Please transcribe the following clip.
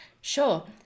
Sure